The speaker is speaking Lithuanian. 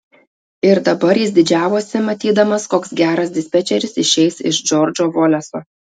ir dabar jis didžiavosi matydamas koks geras dispečeris išeis iš džordžo voleso